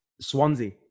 Swansea